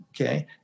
okay